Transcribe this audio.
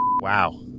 Wow